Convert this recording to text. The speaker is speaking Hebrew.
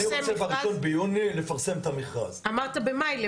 רוצה ב-1 ביוני לפרסם את המכרז --- אמרת במאי לפרסם.